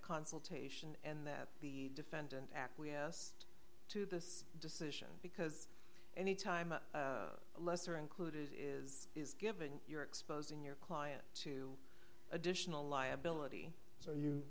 consultation and that the defendant acquiesced to this decision because any time a lesser included is is given you're exposing your client to additional liability so you